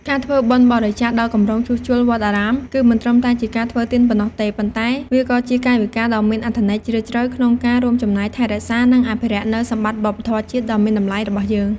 ការធ្វើបុណ្យបរិច្ចាគដល់គម្រោងជួសជុលវត្តអារាម គឺមិនត្រឹមតែជាការធ្វើទានប៉ុណ្ណោះទេ ប៉ុន្តែវាក៏ជាកាយវិការដ៏មានអត្ថន័យជ្រាលជ្រៅក្នុងការរួមចំណែកថែរក្សា និងអភិរក្សនូវសម្បត្តិវប្បធម៌ជាតិដ៏មានតម្លៃរបស់យើង។